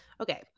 Okay